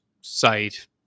site